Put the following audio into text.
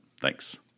thanks